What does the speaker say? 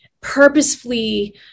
purposefully